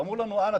אמרו לו: אהלן,